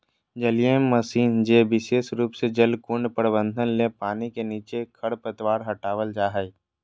जलीय मशीन जे विशेष रूप से जलकुंड प्रबंधन ले पानी के नीचे खरपतवार हटावल जा हई